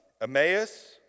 Emmaus